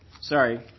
sorry